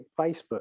Facebook